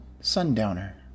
Sundowner